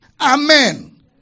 amen